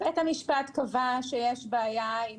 בית המשפט קבע שיש בעיה עם